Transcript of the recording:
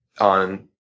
on